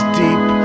deep